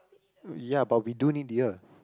ya but we do need the earth